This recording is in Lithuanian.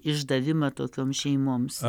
išdavimą tokiom šeimoms